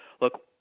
Look